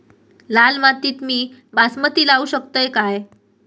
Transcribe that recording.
लाल मातीत मी बासमती लावू शकतय काय?